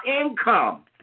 income